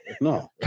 No